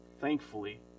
thankfully